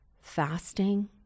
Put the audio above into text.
fasting